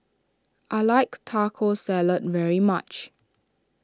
I like Taco Salad very much